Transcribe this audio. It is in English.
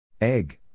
Egg